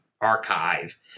archive